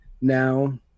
now